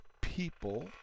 people